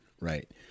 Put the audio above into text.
Right